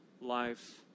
life